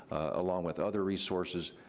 along with other resources,